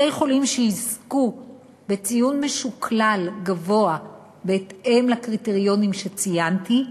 בתי-חולים שיזכו בציון משוקלל גבוה בהתאם לקריטריונים שציינתי,